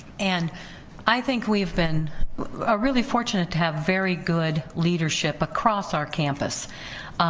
and i think we've been ah really fortunate to have very good leadership across our campus,